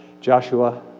Joshua